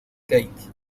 keith